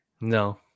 No